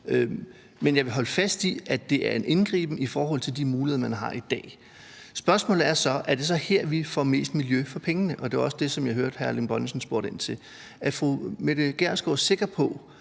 Men jeg vil holde fast i, at det er en indgriben i forhold til de muligheder, der er i dag. Spørgsmålet er så, om det er her, vi får mest miljø for pengene, og det var også det, jeg hørte hr. Erling Bonnesen spørge ind til. Er fru Mette Gjerskov sikker på,